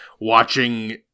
watching